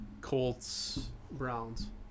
Colts-Browns